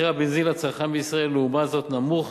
מחיר הבנזין לצרכן בישראל, לעומת זאת, נמוך